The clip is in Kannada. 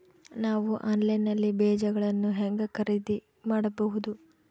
ನಾವು ಆನ್ಲೈನ್ ನಲ್ಲಿ ಬೇಜಗಳನ್ನು ಹೆಂಗ ಖರೇದಿ ಮಾಡಬಹುದು?